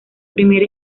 primer